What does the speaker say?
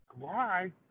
Goodbye